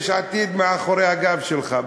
יש עתיד מאחורי הגב שלך,